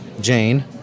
Jane